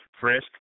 Frisk